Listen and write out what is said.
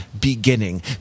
beginning